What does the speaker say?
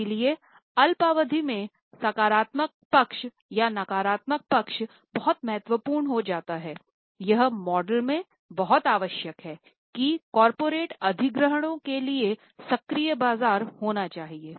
इसलिए अल्पावधि में सकारात्मक पक्ष या नकारात्मक पक्ष बहुत महत्वपूर्ण हो जाता है यह मॉडल में बहुत आवश्यक है कि कॉर्पोरेट अधिग्रहणों के लिए सक्रिय बाजार होना चाहिए